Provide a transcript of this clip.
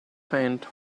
paint